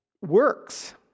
works